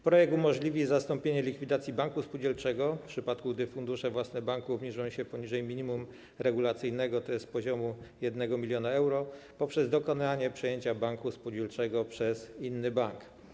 Projekt umożliwi zastąpienie likwidacji banku spółdzielczego, w przypadku gdy fundusze własne banku obniżą się poniżej minimum regulacyjnego, tj. z poziomu 1 mln euro, poprzez dokonanie przejęcia banku spółdzielczego przez inny bank.